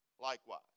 likewise